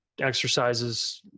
exercises